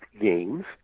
Games